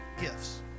gifts